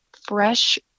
fresh